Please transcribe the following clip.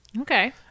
okay